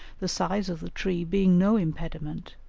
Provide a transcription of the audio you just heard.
the size of the tree being no impediment,